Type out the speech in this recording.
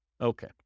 Okay